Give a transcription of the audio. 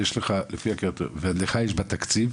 ולך יש בתקציב